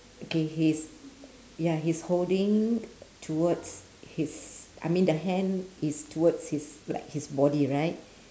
okay he's ya he's holding towards his I mean the hand is towards his like his body right